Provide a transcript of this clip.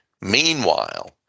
Meanwhile